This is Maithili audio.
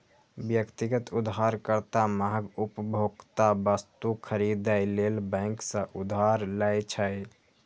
व्यक्तिगत उधारकर्ता महग उपभोक्ता वस्तु खरीदै लेल बैंक सं उधार लै छै